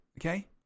okay